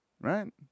right